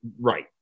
right